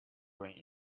going